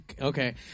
Okay